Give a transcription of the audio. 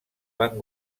van